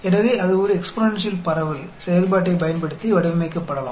எனவே அது ஒரு எக்ஸ்பொனென்ஷியல் பரவல் செயல்பாட்டைப் பயன்படுத்தி வடிவமைக்கப்படலாம்